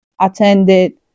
attended